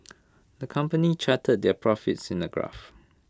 the company charted their profits in A graph